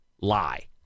lie